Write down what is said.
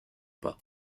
pas